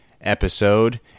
episode